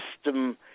system